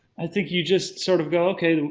i think you just sort of go, okay.